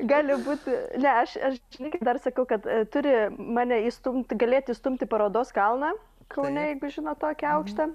gali būti ne aš aš lyg dar sakau kad turi mane įstumti galėti įstumti parodos kalną kaune žinot tokį aukštą